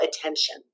attention